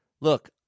Look